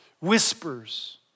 whispers